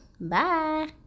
Bye